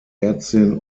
ärztin